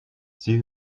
sie